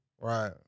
Right